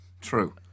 True